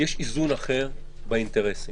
יש איזון אחר באינטרסים.